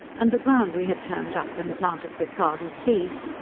and, the ground we had turned up and planted with garden seeds,